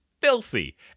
filthy